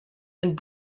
and